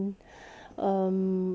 two prata